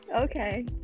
Okay